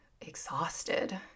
exhausted